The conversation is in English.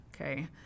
Okay